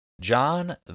John